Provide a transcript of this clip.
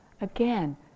Again